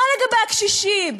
מה לגבי הקשישים?